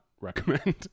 recommend